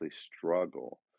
struggle